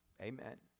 Amen